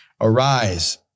Arise